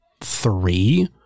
three